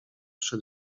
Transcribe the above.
przy